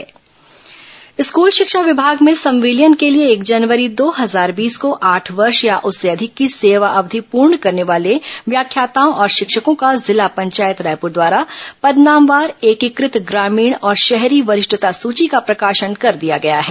शिक्षाकर्मी संविलियन स्कूल शिक्षा विभाग में संविलियन के लिए एक जनवरी दो हजार बीस को आठ वर्ष या उससे अधिक की सेवा अवधि पूर्ण करने वाले व्याख्याताओं और शिक्षकों का जिला पंचायत रायपुर द्वारा पदनामवार एकीकृत ग्रामीण और शहरी वरिष्ठता सूची का प्रकाशन कर दिया गया है